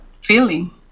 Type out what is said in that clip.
feeling